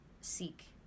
seek